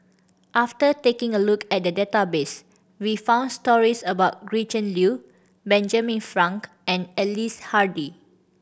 after taking a look at the database we found stories about Gretchen Liu Benjamin Frank and Ellice Handy